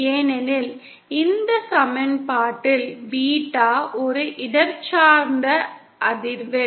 ஏனெனில் இந்த சமன்பாட்டில் பீட்டா ஒரு இடஞ்சார்ந்த அதிர்வெண்